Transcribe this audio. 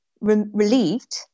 relieved